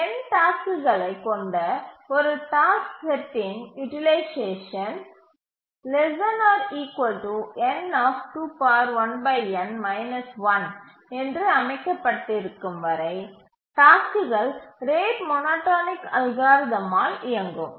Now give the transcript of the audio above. n டாஸ்க்குகளை கொண்ட ஒரு டாஸ்க் செட்டின் யூட்டிலைசேஷன் என்று அமைக்கப்பட்டிருக்கும் வரை டாஸ்க்குகள் ரேட் மோனோடோனிக் அல்காரிதம் ஆல் இயங்கும்